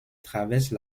traversent